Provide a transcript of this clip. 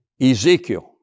Ezekiel